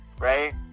right